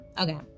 Okay